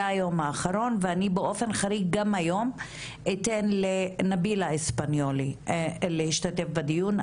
זה היום האחרון ואני באופן חריג היום אתן לנבילה אספניולי להשתתף בדיון.